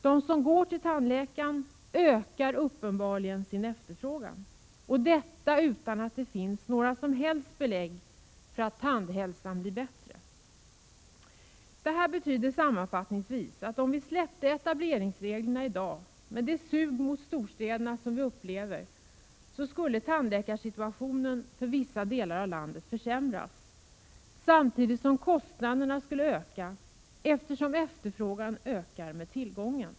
De som går till tandläkaren ökar uppenbarligen sin efterfrågan — detta utan att det finns några som helst belägg för att tandhälsan blir bättre. Detta betyder sammanfattningsvis att om vi släppte etableringsreglerna i dag, med det sug mot storstäderna som vi upplever, skulle tandläkarsituationen för vissa delar av landet försämras, samtidigt som kostnaderna skulle öka, eftersom efterfrågan ökar med tillgången.